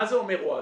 מה זה אומר הועדות?